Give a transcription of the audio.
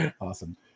Awesome